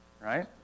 Right